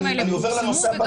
אני עובר לנושא הבא.